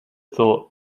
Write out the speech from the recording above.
thought